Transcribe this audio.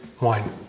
wine